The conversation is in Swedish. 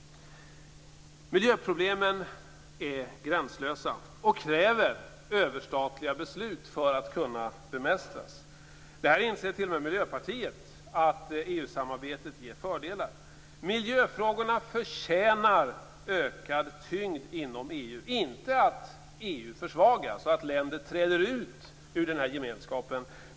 Miljöproblemen är gränslösa, och de kräver överstatliga beslut för att kunna bemästras. Här inser t.o.m. Miljöpartiet att EU-samarbetet ger fördelar. Miljöfrågorna förtjänar ökad tyngd inom EU - inte att EU försvagas och att länder träder ut ur gemenskapen.